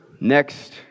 Next